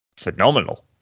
phenomenal